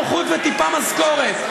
נוחות וטיפה משכורת.